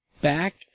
back